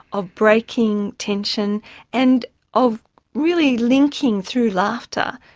of breaking tension and of really linking through laughter,